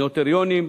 נוטריונים,